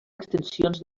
extensions